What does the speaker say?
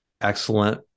excellent